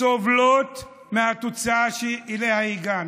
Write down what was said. סובלות מהתוצאה שאליה הגענו.